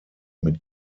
mit